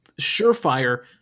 surefire